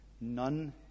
none